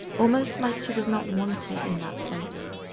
almost like she was not wanted in that place.